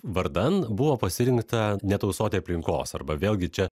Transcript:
vardan buvo pasirinkta netausoti aplinkos arba vėlgi čia